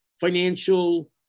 financial